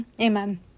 Amen